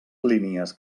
línies